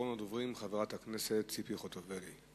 האחרונה בדוברים, חברת הכנסת ציפי חוטובלי.